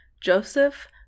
Joseph